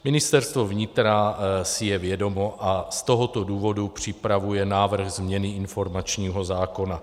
Ministerstvo vnitra si je vědomo a z tohoto důvodu připravuje návrh změny informačního zákona.